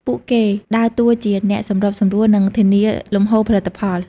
ពួកគេដើរតួជាអ្នកសម្របសម្រួល និងធានាលំហូរផលិតផល។